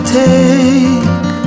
take